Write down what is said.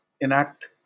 enact